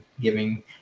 giving